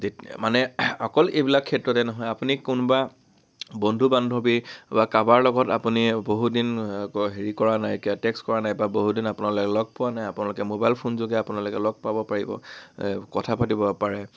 মানে অকল এইবিলাক ক্ষেত্ৰতে নহয় আপুনি কোনোবা বন্ধু বান্ধৱী বা কাবাৰ লগত আপুনি বহুত দিন হেৰি কৰা নাইকীয়া টেক্সট কৰা নাই বা বহু দিন আপোনালোকে লগ পোৱা নাই আপোনালোকে মোবাইল ফোন যোগে আপোনালোকে লগ পাব পাৰিব এই কথা পাতিব পাৰে